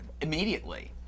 immediately